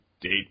date